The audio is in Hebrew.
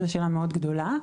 שזו שאלה מאוד גדולה.